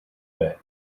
bed